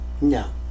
No